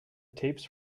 tapes